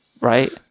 Right